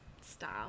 Style